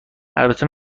البته